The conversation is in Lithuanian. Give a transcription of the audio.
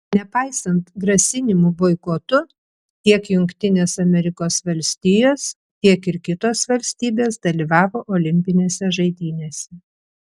nepaisant grasinimų boikotu tiek jungtinės amerikos valstijos tiek ir kitos valstybės dalyvavo olimpinėse žaidynėse